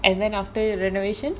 and then after your renovation